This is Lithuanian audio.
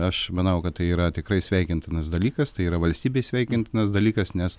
aš manau kad tai yra tikrai sveikintinas dalykas tai yra valstybei sveikintinas dalykas nes